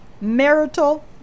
marital